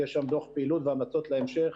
ויש שם דוח פעילות והמלצות להמשך